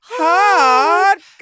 hot